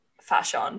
fashion